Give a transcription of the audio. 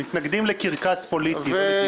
מתנגדים לקרקס פוליטי, לא לדיונים.